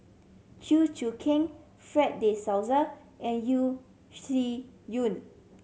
Chew Choo Keng Fred De Souza and Yeo Shih Yun